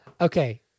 Okay